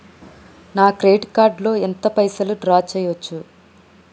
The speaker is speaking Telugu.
నా క్రెడిట్ కార్డ్ లో ఎంత పైసల్ డ్రా చేయచ్చు?